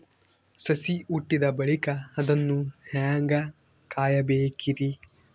ಸಸಿ ಹುಟ್ಟಿದ ಬಳಿಕ ಅದನ್ನು ಹೇಂಗ ಕಾಯಬೇಕಿರಿ?